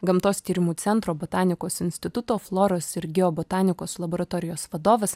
gamtos tyrimų centro botanikos instituto floros ir geobotanikos laboratorijos vadovas